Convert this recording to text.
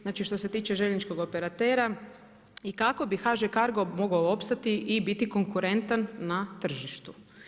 Znači što se tiče željezničkog operatera i kako bi HŽ CARGO mogao opstati i biti konkurentan na tržištu.